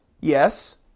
Yes